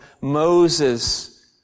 Moses